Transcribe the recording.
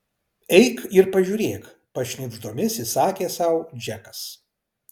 eik ir pažiūrėk pašnibždomis įsakė sau džekas